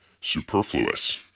superfluous